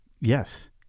Yes